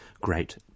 great